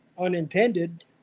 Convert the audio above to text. unintended